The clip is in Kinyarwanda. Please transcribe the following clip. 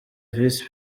visi